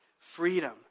freedom